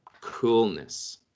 coolness